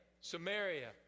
Samaria